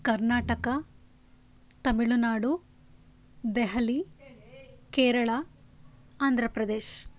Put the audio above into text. Karnataka Tamil Nadu Delhi Kerala Andhra Pradesh